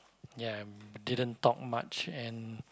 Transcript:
ya didn't talk much and